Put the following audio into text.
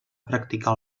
practicar